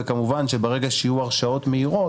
וכמובן שברגע שיהיו הרשאות מהירות,